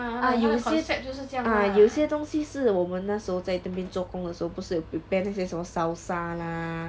ah 有些 ah 有些东西是我们那时候在那边做工的时候不是有 prepare 那些什么 salsa lah